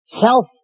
Self